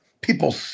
People